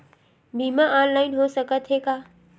बीमा ऑनलाइन हो सकत हे का?